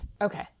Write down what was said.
Okay